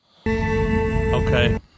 Okay